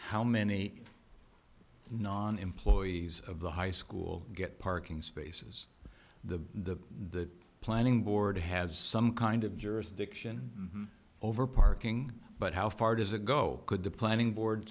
how many non employees of the high school get parking spaces the planning board has some kind of jurisdiction over parking but how far does it go could the planning board